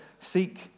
seek